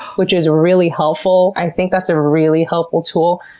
which is really helpful. i think that's a really helpful tool,